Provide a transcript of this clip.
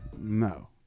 No